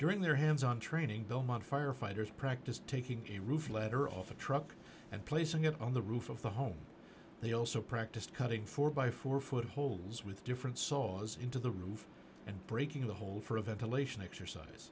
during their hands on training belmont firefighters practiced taking a roof letter off a truck and placing it on the roof of the home they also practiced cutting four by four foot holes with different saws into the roof and breaking the hole for a ventilation exercise